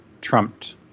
trumped